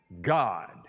God